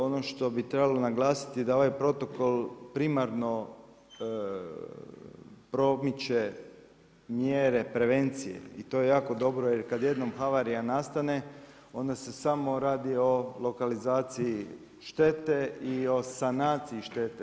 Ono što bi trebalo naglasiti da ovaj protokol primarno promiče mjere prevencije i to je jako dobro jer kada jednom havarija nastane onda se samo radi o lokalizaciji štete i o sanaciji štete.